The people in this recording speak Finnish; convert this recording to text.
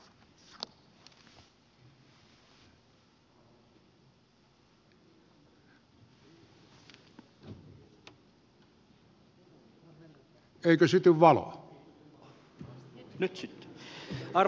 arvoisa puhemies